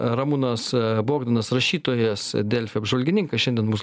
ramūnas bogdanas rašytojas delfi apžvalgininkas šiandien mūsų